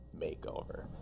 makeover